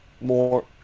More